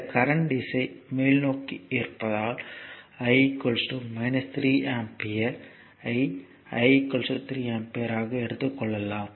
இந்த கரண்ட் திசை மேல் நோக்கி இருப்பதால் I 3 ஆம்பியர் ஐ I 3 ஆம்பியர் ஆக எடுத்துக் கொள்ளலாம்